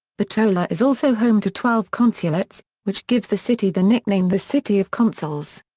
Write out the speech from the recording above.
bitola is also home to twelve consulates, which gives the city the nickname the city of consuls.